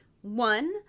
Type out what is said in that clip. one